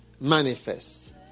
manifest